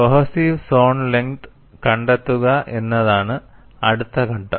cohesive zone length കണ്ടെത്തുക എന്നതാണ് അടുത്ത ഘട്ടം